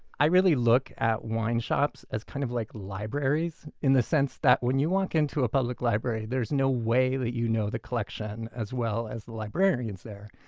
i look at wine shops as kind of like libraries, in the sense that when you walk into a public library there's no way that you know the collection as well as the librarians there.